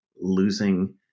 losing